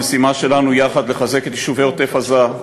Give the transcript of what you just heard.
המשימה שלנו יחד היא לחזק את יישובי עוטף-עזה,